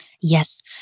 Yes